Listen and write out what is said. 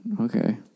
Okay